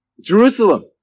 Jerusalem